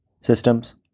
systems